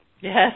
Yes